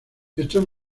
estos